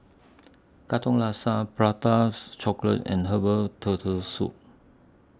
Katong Laksa Prata's Chocolate and Herbal Turtle Soup